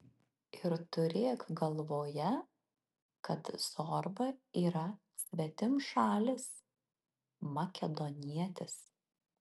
ir turėk galvoje kad zorba yra svetimšalis makedonietis